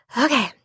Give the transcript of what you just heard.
okay